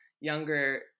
younger